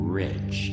rich